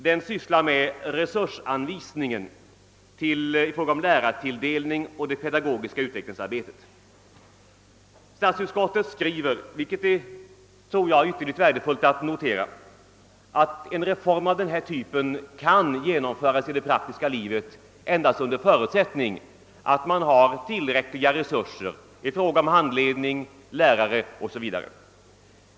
Den gäller resursanvisningen i fråga om lärartilldelning och det pedagogiska utvecklingsarbetet. Statsutskottet skriver — något som jag tror att det är ytterligt värdefullt att notera — att en reform av denna typ kan genomföras i det praktiska livet endast under förutsättning att man har tillräckliga resurser i fråga om handledning, lärare o.s.v.